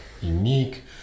unique